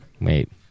Wait